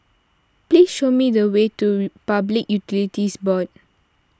please show me the way to Public Utilities Board